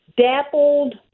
dappled